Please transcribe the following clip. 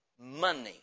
Money